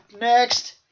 Next